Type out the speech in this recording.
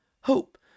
hope